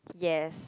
yes